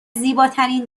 زیباترین